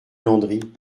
landry